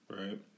Right